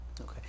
okay